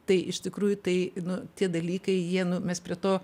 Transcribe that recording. tai iš tikrųjų tai nu tie dalykai jie nu mes prie to